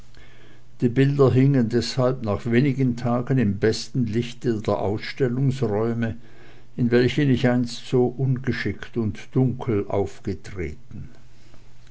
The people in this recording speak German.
die bilder hingen deshalb nach wenigen tagen im besten lichte der ausstellungsräume in welchen ich einst so ungeschickt und dunkel aufgetreten